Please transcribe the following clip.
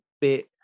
bit